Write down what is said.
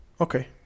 Okay